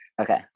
Okay